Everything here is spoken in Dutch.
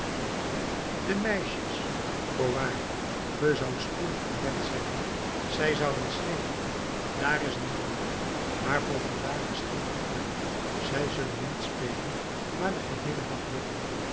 de meisjes voorwaar ge zoudt spoedig ontdekt zijn zij zouden schreeuwen daar is een man maar voor vandaag is er geen gevaar zij zullen niet spelen maar den geheelen dag bidden